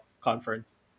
conference